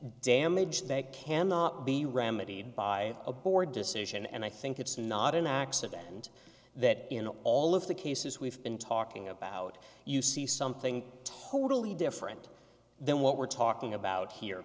damage that cannot be remedied by a board decision and i think it's not an accident that in all of the cases we've been talking about you see something totally different then what we're talking about here